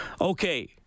Okay